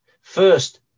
first